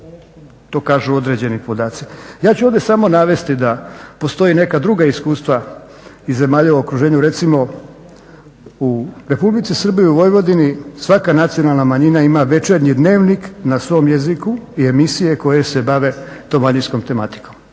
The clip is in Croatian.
To kažu određeni podaci. Ja ću ovdje samo navesti da postoji neka druga iskustva iz zemalja u okruženju, recimo u Republici Srbiji u Vojvodini svaka nacionalna manjina ima večernji dnevnim na svom jeziku i emisije koje se bave … tematikom,